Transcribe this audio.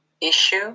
issue